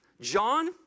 John